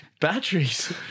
Batteries